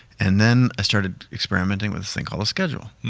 and then i started experimenting with sync all schedule.